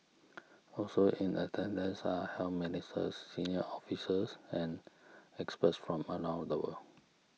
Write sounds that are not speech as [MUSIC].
[NOISE] also in attendance are health ministers senior officials and experts from around the world